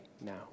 now